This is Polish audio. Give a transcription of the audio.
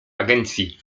agencji